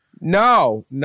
No